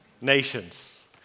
Nations